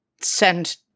send